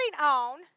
on